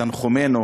תנחומינו